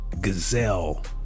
gazelle